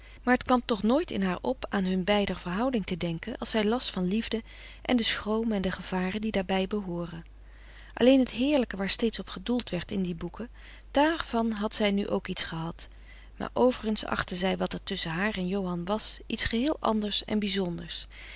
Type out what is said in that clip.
maar het kwam toch nooit in haar op aan hun beider verhouding te denken als zij las van liefde en de schroom en de gevaren die daarbij behooren alleen het heerlijke waar steeds op gedoeld werd in die boeken frederik van eeden van de koele meren des doods daarvan had zij nu ook iets gehad maar overigens achtte zij wat er tusschen haar en johan was iets geheel anders en bizonders